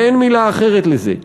ואין מילה אחרת לזה.